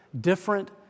different